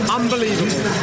unbelievable